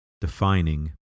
Defining